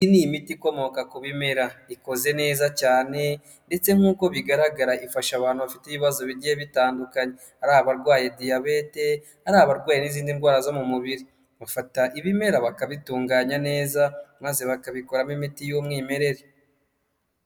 Iyi ni imiti ikomoka ku bimera, ikoze neza cyane, ndetse nk'uko bigaragara ifasha abantu bafite ibibazo bigiye bitandu, ari abarwaye diyabete, ari abarwaye n'izindi ndwara zo mu mubiri, bafata ibimera bakabitunganya neza maze bakabikoramo imiti y'umwimerere.